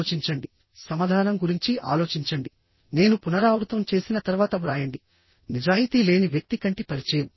ఆలోచించండిసమాధానం గురించి ఆలోచించండినేను పునరావృతం చేసిన తర్వాత వ్రాయండి నిజాయితీ లేని వ్యక్తి కంటి పరిచయం